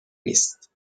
نیست